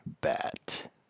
Bat